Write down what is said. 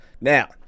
Now